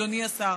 אדוני השר,